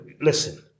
Listen